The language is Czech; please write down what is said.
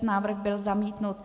Návrh byl zamítnut.